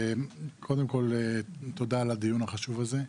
קודם כל תודה על הדיון החשוב הזה,